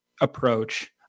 approach